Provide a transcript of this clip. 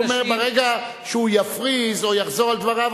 ברגע שהוא יפריז או יחזור על דבריו,